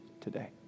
today